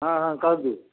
ହଁ ହଁ କହଛୁ